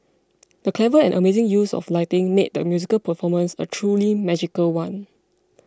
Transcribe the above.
the clever and amazing use of lighting made the musical performance a truly magical one